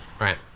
Right